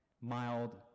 mild